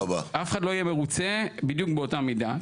אף אחד לא יהיה מרוצה בדיוק באותה מידה.